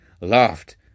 laughed